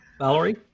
Valerie